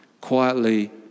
quietly